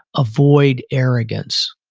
avoid arrogance.